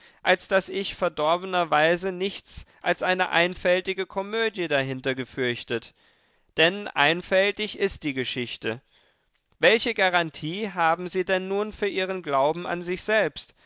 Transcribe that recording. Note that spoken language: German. als daß ich verdorbenerweise nichts als eine einfältige komödie dahinter gefürchtet denn einfältig ist die geschichte welche garantie haben sie denn nun für ihren glauben an sich selbst